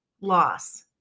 loss